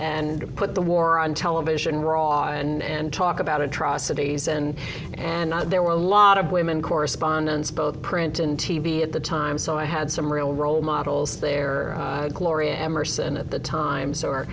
and put the war on television rawer and talk about atrocities and and there were a lot of women correspondents both print and t v at the time so i had some real role models there gloria emerson at the times or